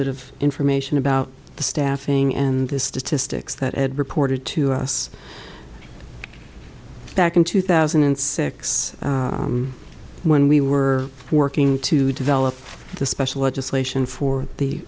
bit of information about the staffing and the statistics that ed reported to us back in two thousand and six when we were working to develop the special legislation for the